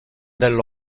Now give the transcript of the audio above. del